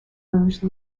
rouge